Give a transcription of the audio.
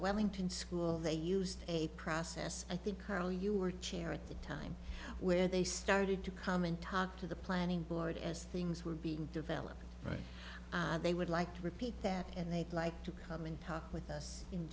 wellington school they used a process i think carl you were chair at the time where they started to come and talk to the planning board as things were being developed they would like to repeat that and they'd like to come and talk with us in